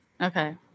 Okay